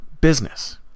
business